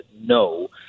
no